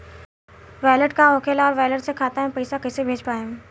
Wallet का होखेला और वैलेट से खाता मे पईसा कइसे भेज पाएम?